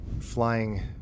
flying